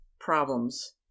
Problems